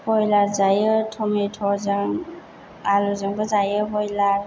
बयलार जायो टमेट'जों आलुजोंबो जायो बयलार